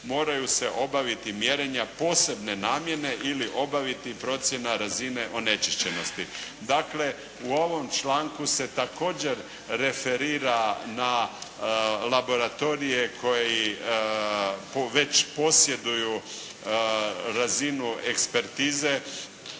moraju se obaviti mjerenja posebne namjene ili obaviti procjena razine onečišćenosti. Dakle, u ovom članku se također referira na laboratorije koji već posjeduju razinu ekspertize,